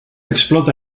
explota